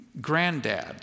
granddad